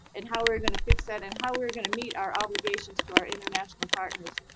and how we're gonna fix that, and how we were gonna meet our obligations to our international partners.